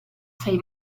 sei